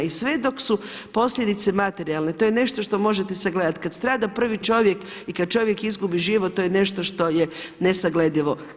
I sve dok su posljedice materijalne, to je nešto što možete sagledati, kada strada prvi čovjek i kad čovjek izgubi život to je nešto što je nesagledivo.